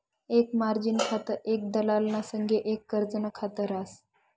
एक मार्जिन खातं एक दलालना संगे एक कर्जनं खात रास